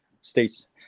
states